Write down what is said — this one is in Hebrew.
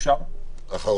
אין